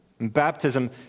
Baptism